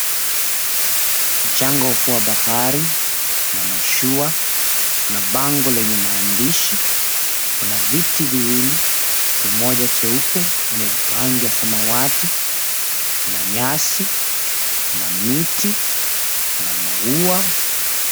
Mchanga ufuo wa bahari, kuna mashua, kuna bango lenye maandishi, kuna viti viwili; kimoja cheupe, ingine yenye rangi ya samawati, kuna nyasi, kuna miti, kuna maua.